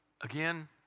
Again